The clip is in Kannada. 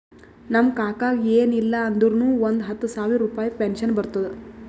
ನಮ್ ಕಾಕಾಗ ಎನ್ ಇಲ್ಲ ಅಂದುರ್ನು ಒಂದ್ ಹತ್ತ ಸಾವಿರ ರುಪಾಯಿ ಪೆನ್ಷನ್ ಬರ್ತುದ್